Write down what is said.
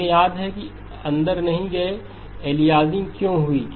हमें याद है कि अंदर नहीं गए अलियासिंग क्यों हुई है